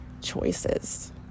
choices